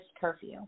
curfew